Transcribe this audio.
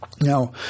Now